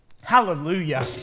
Hallelujah